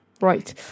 Right